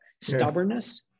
stubbornness